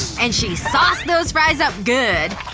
and she sauced those fries up good!